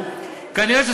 כנראה אתם לא תמשיכו.